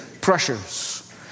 pressures